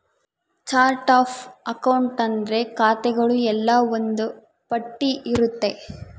chart of account ಅಂದ್ರೆ ಖಾತೆಗಳು ಎಲ್ಲ ಒಂದ್ ಪಟ್ಟಿ ಇರುತ್ತೆ